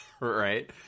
Right